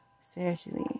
spiritually